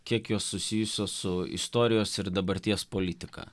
kiek jos susijusios su istorijos ir dabarties politika